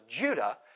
Judah